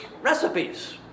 recipes